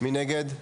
מי נגד?